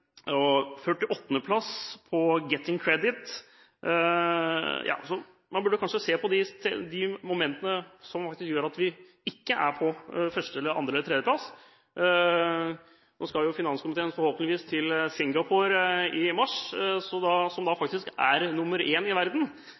plass på «Getting Credit». Man burde kanskje se på de momentene som faktisk gjør at vi ikke er på første, andre eller tredje plass. Nå skal finanskomiteen forhåpentligvis til Singapore i mars, som faktisk er nr. 1 verden. Kanskje kan vi notere oss hva de gjør så